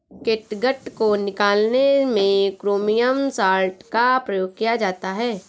catgut को निकालने में क्रोमियम सॉल्ट का प्रयोग किया जाता है